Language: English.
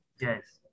Yes